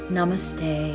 Namaste